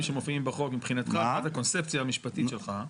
שמופיעים בחוק מבחינתך עד הקונספציה המשפטית שלך.